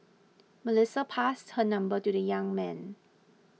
Melissa passed her number to the young man